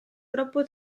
troppo